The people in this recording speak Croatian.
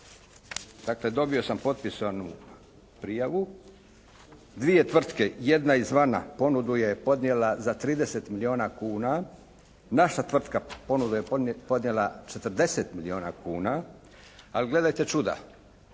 dakle dobio sam potpisanu prijavu. Dvije tvrtke, jedna izvana ponudu je odnijela za 30 milijona kuna, naša tvrtka ponuda je podnijela 40 milijona kuna, ali gledajte čuda.